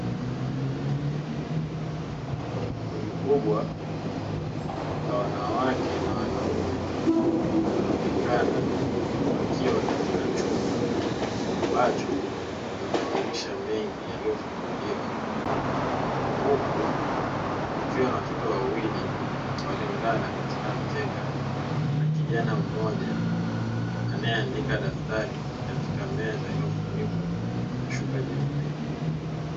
Kundi kubwa la wanawake na wanaume wanaonekana akiwa katika chumba ambacho kina madirisha mengi yaliyofunguliwa. Huku kukiwa na watoto wawili waliolala katika mkeka na kijana mmoja anayeandika daftari katika meza iliyofunikwa na shuka jeupe.